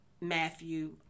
Matthew